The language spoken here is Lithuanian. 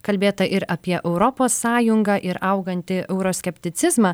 kalbėta ir apie europos sąjungą ir augantį euroskepticizmą